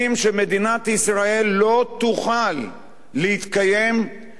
שמדינת ישראל לא תוכל להתקיים כאשר